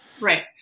Right